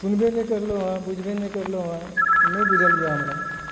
सुनबे नहि करलहुँ हँ बुझबे नहि करलहुँ हँ नहि बुझल यऽ हमरा